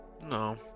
No